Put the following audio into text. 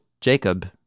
Jacob